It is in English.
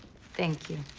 thank you.